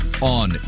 on